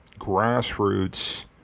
grassroots